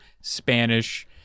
Spanish